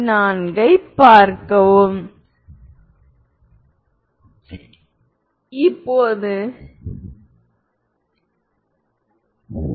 v1v2வைத்துக்கொள்வோம் பின்னர் v1v2 அப்போதுAv1Av21v12v2